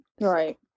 Right